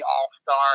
all-star